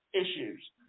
issues